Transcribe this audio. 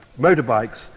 motorbikes